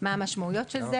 מה המשמעויות של זה.